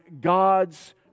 God's